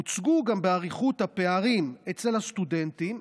הוצגו גם באריכות הפערים אצל הסטודנטים,